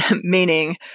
meaning